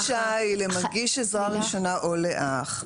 אם הדרישה היא למגיש עזרה ראשונה או לאח,